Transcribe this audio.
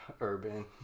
Urban